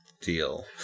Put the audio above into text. deal